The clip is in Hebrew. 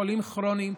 חולים כרוניים,